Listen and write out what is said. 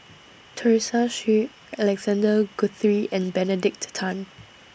Teresa Hsu Alexander Guthrie and Benedict Tan